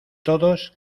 todos